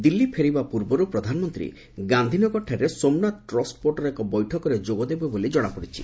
ଦିଲ୍ଲୀ ଫେରିବା ପୂର୍ବରୁ ପ୍ରଧାନମନ୍ତ୍ରୀ ଗାନ୍ଧୀନଗରଠାରେ ସୋମନାଥ ଟ୍ରଷ୍ଟବୋର୍ଡର ଏକ ବୈଠକରେ ଯୋଗଦେବେ ବୋଲି ଜଣାପଡିଛି